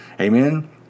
Amen